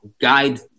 guide